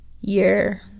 year